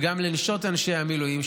וגם לנשות אנשי המילואים,